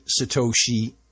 satoshi